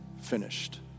finished